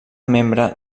membre